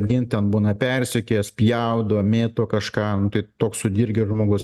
vien ten būna persekioja spjaudo mėto kažką nu tai toks sudirgęs žmogus